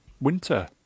winter